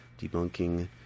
debunking